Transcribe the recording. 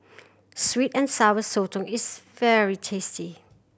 sweet and Sour Sotong is very tasty